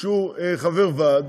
שהוא חבר ועד